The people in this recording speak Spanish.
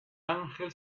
ángel